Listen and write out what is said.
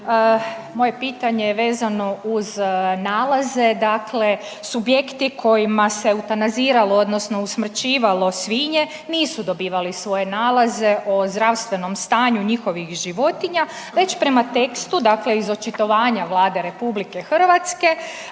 moje pitanje je vezano uz nalaze, dakle subjekti kojima se eutanaziralo odnosno usmrćivalo svinje nisu dobivali svoje nalaze o zdravstvenom stanju njihovih životinja već prema tekstu dakle iz očitovanja Vlade RH